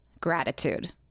gratitude